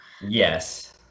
yes